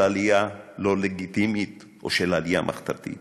עלייה לא לגיטימית או של עלייה מחתרתית.